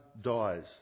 dies